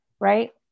right